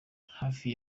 hafi